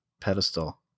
pedestal